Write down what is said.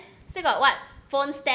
still got what phone stand